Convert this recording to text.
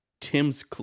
Tim's